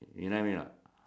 you know what I mean anot